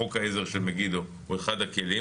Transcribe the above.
חוק העזר של מגידו הוא אחד הכלים.